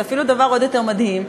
זה אפילו דבר עוד יותר מדהים,